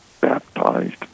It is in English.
baptized